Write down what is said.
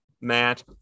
Matt